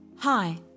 Hi